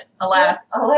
alas